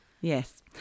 Yes